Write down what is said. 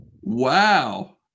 Wow